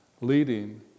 leading